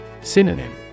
Synonym